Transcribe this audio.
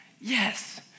Yes